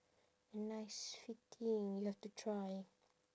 a nice fitting you have to try